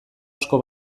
asko